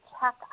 check